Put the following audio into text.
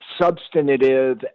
substantive